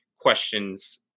questions